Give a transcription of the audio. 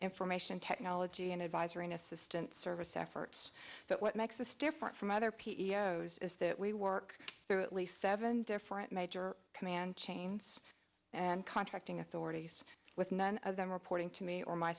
information technology and advisory assistance service efforts that what makes us different from other p e o is that we work through at least seven different major command chains and contracting authorities with none of them reporting to me or my